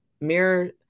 mirror